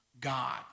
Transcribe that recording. God